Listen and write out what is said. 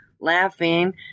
laughing